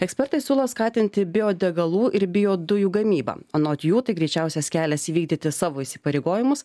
ekspertai siūlo skatinti biodegalų ir biodujų gamybą anot jų tai greičiausias kelias įvykdyti savo įsipareigojimus